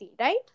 right